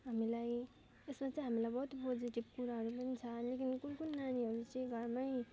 हामीलाई त्यसमा चाहिँ हामीलाई बहुत पोजिटिभ कुराहरू पनि छ लेकिन कुन कुन नानीहरू चाहिँ घरमै